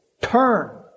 turn